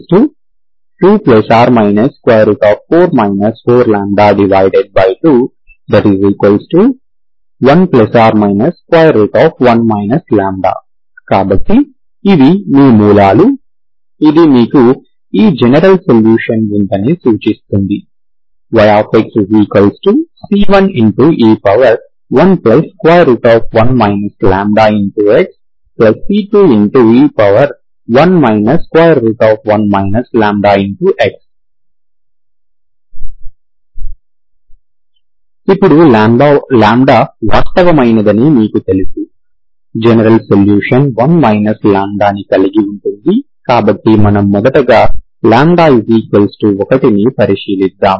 k2±4 4λ21±1 λ కాబట్టి ఇవి మీ మూలాలు ఇది మీకు ఈ జనరల్ సొల్యూషన్ ఉందని సూచిస్తుంది yxc1e11 λxc2e1 1 λx ఇప్పుడు λ వాస్తవమైనదని మీకు తెలుసు జనరల్ సొల్యూషన్ 1 λ ని కలిగి ఉంటుంది కాబట్టి మనము మొదటగా λ1ని పరిశీలిద్దాం